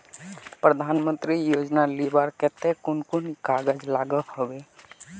प्रधानमंत्री योजना लुबार केते कुन कुन कागज लागोहो होबे?